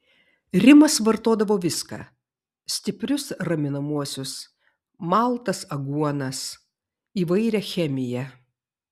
rimas vartodavo viską stiprius raminamuosius maltas aguonas įvairią chemiją